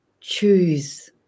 choose